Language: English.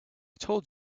told